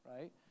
right